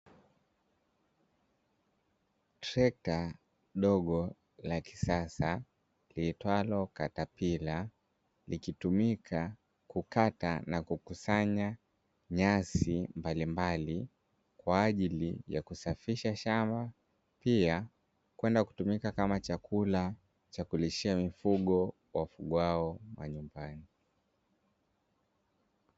Trekta dogo la kisasa liitwalo katapila, likitumika kukata na kukusanya nyasi mbalimbali kwa ajili ya kusafisha shamba, pia kwenda kutumika kama chakula cha kulishia mifugo wafugwao majumbani.